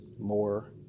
more